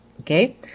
okay